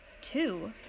Two